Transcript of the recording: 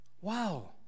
wow